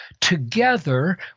together